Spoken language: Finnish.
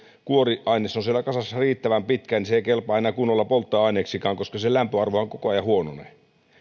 kuoriaines on siellä kasassa riittävän pitkään niin se ei kelpaa enää kunnolla polttoaineeksikaan koska sen lämpöarvohan koko ajan huononee